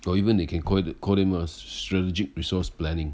or even they can call it call them uh strategic resource planning